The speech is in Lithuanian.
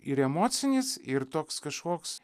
ir emocinis ir toks kažkoks